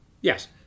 Yes